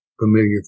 familiar